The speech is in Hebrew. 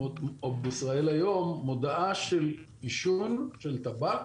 או ישראל היום, מודעה של עישון, של טבק,